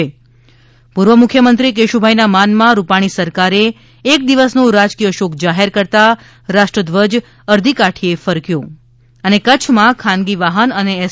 ઃ પૂર્વ મુખ્યમંત્રી કેશુભાઈના માનમાં રૂપાણી સરકારે એક દિવસનો રાજકીય શોક જાહેર કરતાં રાષ્ટ્ર ધ્વજ અર્ધી કાઠી એ ફરક્યો ઃ કચ્છ માં ખાનગી વાહન અને એસ